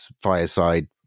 fireside